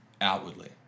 outwardly